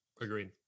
Agreed